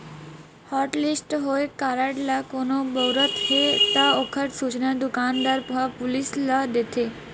hotlist होए card ल कोनो बउरत हे त ओखर सूचना दुकानदार ह पुलिस ल दे देथे